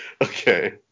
Okay